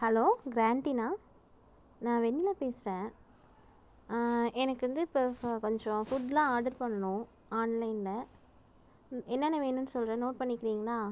hello க்ராண்ட்டினா நான் வெண்ணிலா பேசுகிறேன் எனக்கு வந்து இப்போ கொஞ்சம் ஃபுட்லாம் ஆடர் பண்ணனும் ஆன்லைன்ல என்னென்ன வேணும் சொல்கிறேன் நோட் பண்ணிக்கிறிங்களா